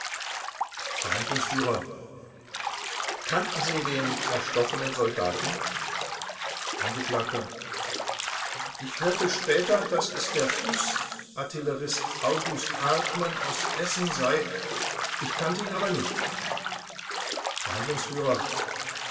verhandlungsführer kannten sie den erstochenen soldaten angeklagter ich hörte später daß es der fußartillerist august hartmann aus essen sei ich kannte ihn aber nicht